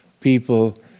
people